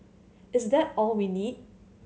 is that all we need